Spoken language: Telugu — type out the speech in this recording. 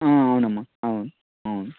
అవునమ్మా అవును అవును